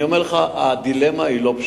אני אומר לך, הדילמה לא פשוטה,